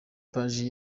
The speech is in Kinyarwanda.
paji